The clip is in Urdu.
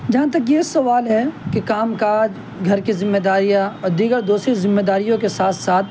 جہاں تک یہ سوال ہے کہ کام کاج گھر کی ذمہ داریاں اور دیگر دوسری ذمہ داریوں کے ساتھ ساتھ